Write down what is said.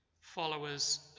followers